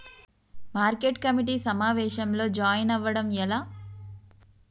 Market committee సమావేశంలో join అవ్వడం ఎలా?